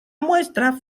muestra